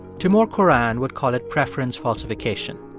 timur kuran would call it preference falsification.